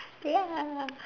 ya